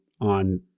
on